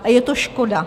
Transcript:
A je to škoda.